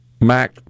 Mac